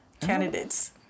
candidates